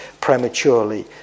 prematurely